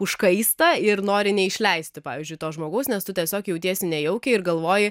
užkaista ir nori neišleisti pavyzdžiui to žmogaus nes tu tiesiog jautiesi nejaukiai ir galvoji